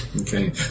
Okay